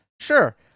sure